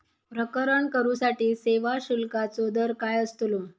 प्रकरण करूसाठी सेवा शुल्काचो दर काय अस्तलो?